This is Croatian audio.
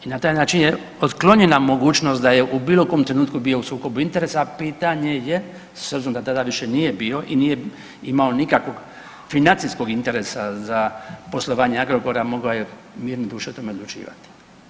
I na taj način je otklonjena mogućnost da je u bilo kom trenutku bio u sukobu interesa, a pitanje je s obzirom da tada više nije bio i nije imamo nikakvog financijskog interesa za poslovanje Agrokora mogao je mirne duše o tome odlučivati.